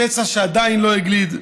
פצע שעדיין לא הגליד.